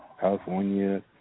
California